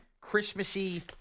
Christmassy